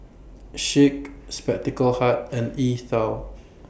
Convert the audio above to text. Schick Spectacle Hut and E TWOW